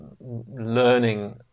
learning